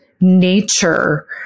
nature